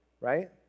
right